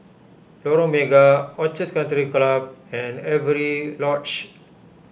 Lorong Mega Orchid Country Club and Avery Lodge